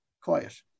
quiet